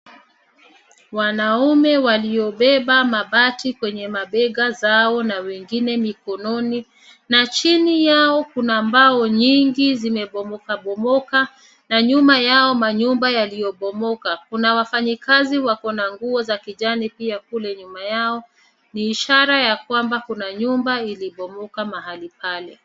Wanaume waliobeba mabati kwenye mabega zao na wengine mikononi na chini yao kuna mbao nyingi zimebomokabomoka na nyuma yao manyumba yaliyobomoka. Kuna wafanyakazi wako na nguo za kijani pia kule nyuma yao. Ni ishara ya kwamba kuna nyumba ilibomoka mahali pale.